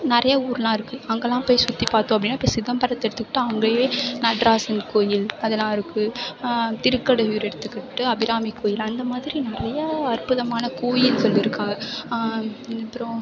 நிறையா ஊரெலாம் இருக்குது அங்கெலாம் போய் சுற்றி பார்த்தோம் அப்படினா இப்போ சிதம்பரத்தை எடுத்துக்கிட்டால் அங்கேயே நடராசன் கோயில் அதெலாம் இருக்குது திருக்கடையூர் எடுத்துக்கிட்டு அபிராமி கோயில் அந்த மாதிரி நிறையா அற்புதமான கோயில்கள் இருக்குது அப்புறம்